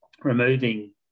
removing